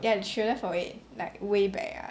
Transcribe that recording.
ya the trailer for it like way back ah